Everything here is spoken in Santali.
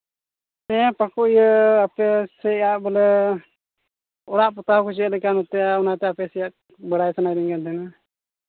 ᱦᱮᱸ ᱯᱟᱹᱠᱩᱲ ᱤᱭᱟᱹ ᱟᱯᱮ ᱥᱮᱭᱟᱜ ᱵᱚᱞᱮ ᱚᱲᱟᱜ ᱯᱚᱛᱟᱣ ᱠᱚ ᱪᱮᱫ ᱞᱮᱠᱟ ᱚᱱᱟᱛᱮ ᱟᱯᱮ ᱥᱮᱭᱟᱜ ᱵᱟᱲᱟᱭ ᱥᱟᱱᱟᱭᱮᱫᱤᱧ ᱠᱟᱱ ᱛᱟᱸᱦᱮᱱᱟ